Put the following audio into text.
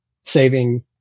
saving